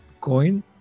coin